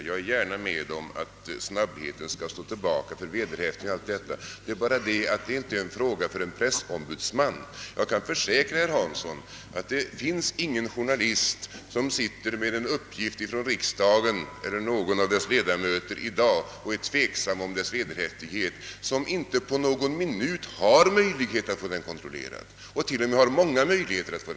Jag håller gärna med om att snabbheten skall stå tillbaka för vederhäftigheten och allt detta — det är bara det att det inte är en fråga för en pressombudsman, Jag kan försäkra herr Hansson i Skegrie, att det inte finns en enda journalist, som när han är tveksam om vederhäftigheten i en uppgift från riksdagen eller någon av dess ledamöter inte på någon minut har möjlighet att få uppgiften kontrollerad — och det finns t.o.m. många möjligheter härtill.